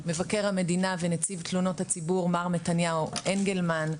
מבקר המדינה ונציב תלונות הציבור מר מתניהו אנגלמן,